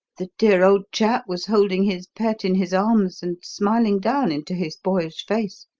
the dear old chap was holding his pet in his arms and smiling down into his boyish face.